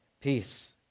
peace